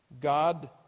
God